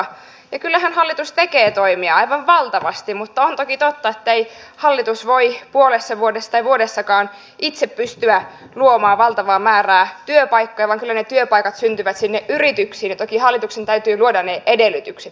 ja kyllähän hallitus tekee toimia aivan valtavasti mutta on toki totta että ei hallitus voi puolessa vuodessa tai vuodessakaan itse pystyä luomaan valtavaa määrää työpaikkoja vaan kyllä ne työpaikat syntyvät sinne yrityksiin ja toki hallituksen täytyy luoda ne edellytykset sille